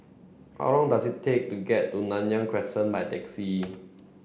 how long does it take to get to Nanyang Crescent by taxi